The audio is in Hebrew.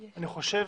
אני חושב